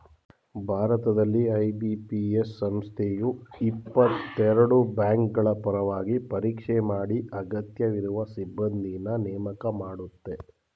ಭಾರತದಲ್ಲಿ ಐ.ಬಿ.ಪಿ.ಎಸ್ ಸಂಸ್ಥೆಯು ಇಪ್ಪತ್ತಎರಡು ಬ್ಯಾಂಕ್ಗಳಪರವಾಗಿ ಪರೀಕ್ಷೆ ಮಾಡಿ ಅಗತ್ಯವಿರುವ ಸಿಬ್ಬಂದಿನ್ನ ನೇಮಕ ಮಾಡುತ್ತೆ